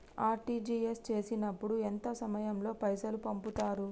RTGS చేసినప్పుడు ఎంత సమయం లో పైసలు పంపుతరు?